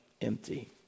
empty